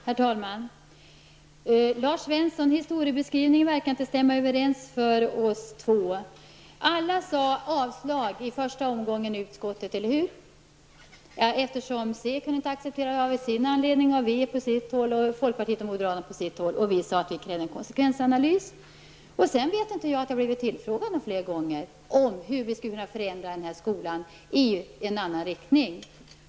Herr talman! Lars Svenssons historiebeskrivning verkar inte stämma överens med min. Alla yrkade på avslag i första omgången i utskottet, eller hur? Centerpartiet, vänsterpartiet, folkpartiet och moderata samlingspartiet kunde av olika skäl inte acceptera detta, och vi i miljöpartiet krävde en konsekvensanalys. Jag vet inte om att vi har blivit tillfrågade flera gånger om hur vi skall kunna förändra den här skolan i en annan riktning.